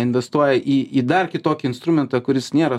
investuoja į į dar kitokį instrumentą kuris nėra